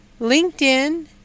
LinkedIn